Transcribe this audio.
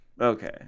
Okay